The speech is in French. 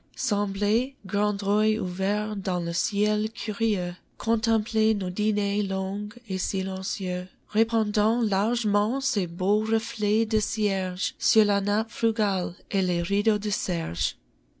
semblait grand œil ouvert dans le ciel curieux contempler nos dîners longs et silencieux répandant largement ses beaux reflets de cierge sur la nappe frugale et les rideaux de serge